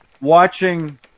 Watching